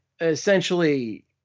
essentially